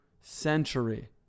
century